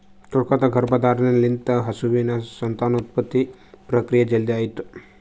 ಕೃತಕ ಗರ್ಭಧಾರಣೆ ಲಿಂತ ಹಸುವಿನ ಸಂತಾನೋತ್ಪತ್ತಿ ಪ್ರಕ್ರಿಯೆ ಜಲ್ದಿ ಆತುದ್